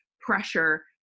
pressure